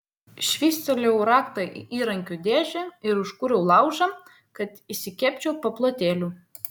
švystelėjau raktą į įrankių dėžę ir užkūriau laužą kad išsikepčiau paplotėlių